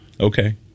Okay